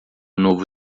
novo